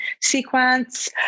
sequence